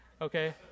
okay